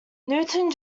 newton